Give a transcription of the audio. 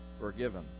forgiven